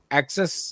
access